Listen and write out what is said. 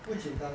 不简单